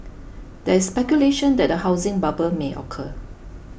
there is speculation that a housing bubble may occur